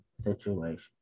situation